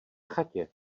chatě